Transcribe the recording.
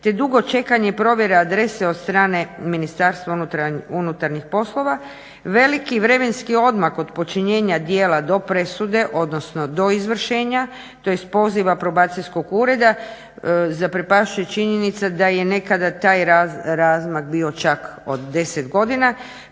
te dugo čekanje provjere adrese od strane MUP-a veliki vremenski odmak od počinjenja djela do presude odnosno do izvršenja tj. poziva probacijskog ureda zaprepašćuje činjenica da je nekada taj razmak bio čak od deset godina